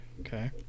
Okay